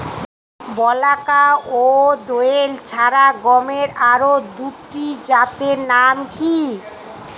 বলাকা ও দোয়েল ছাড়া গমের আরো দুটি জাতের নাম কি?